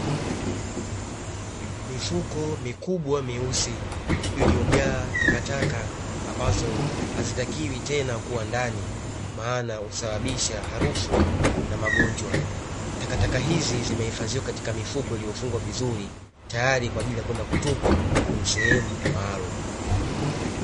Mifuko mikubwa myeusi, iliyojaa takataka ambazo hazitakiwi tena kuwa ndani maana husababisha harufu na magonjwa. Takataka hizi zimehifadhiwa katika mifuko ilyofungwa vizuri, tayari kwa ajili ya kwenda kutupwa Katika sehemu maalumu.